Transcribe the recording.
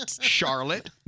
Charlotte